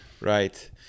right